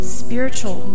spiritual